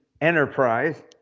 Enterprise